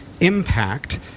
Impact